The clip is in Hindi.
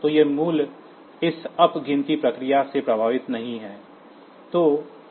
तो यह मूल्य इस अप गिनती प्रक्रिया से प्रभावित नहीं है